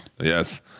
Yes